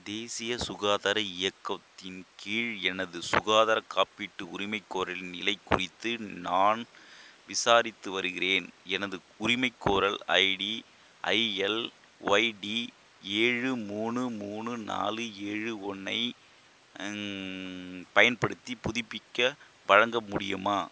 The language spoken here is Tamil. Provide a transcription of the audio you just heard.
தேசிய சுகாதார இயக்கத்தின் கீழ் எனது சுகாதார காப்பீட்டு உரிமைகோரலின் நிலை குறித்து நான் விசாரித்து வருகிறேன் எனது உரிமைகோரல் ஐடி ஐஎல்ஒய்டி ஏழு மூணு மூணு நாலு ஏழு ஒன்றை பயன்படுத்தி புதுப்பிக்க வழங்க முடியுமா